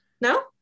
no